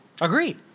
Agreed